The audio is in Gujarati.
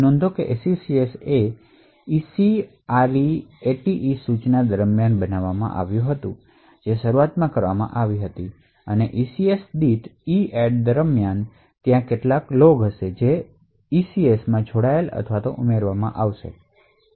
નોંધ લો કે SECS એ ECREATE સૂચના દરમિયાન બનાવવામાં આવી હતી અને EADD દરમિયાન દરેક ECS દીઠ ત્યાં કેટલાક લૉગ હશે જે ECSમાં જોડાયેલા અથવા ઉમેરવામાં આવે છે